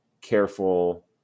careful